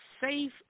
safe